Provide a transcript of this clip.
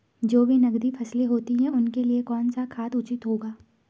जो भी नकदी फसलें होती हैं उनके लिए कौन सा खाद उचित होगा?